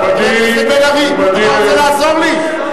חבר הכנסת בן-ארי, אתה רוצה לעזור לי?